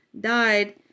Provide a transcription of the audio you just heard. died